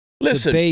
listen